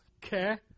care